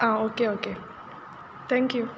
हा okay okay thank you